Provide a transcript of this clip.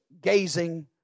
gazing